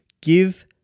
give